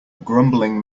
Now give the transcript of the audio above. grumbling